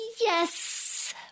Yes